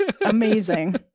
Amazing